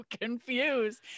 confused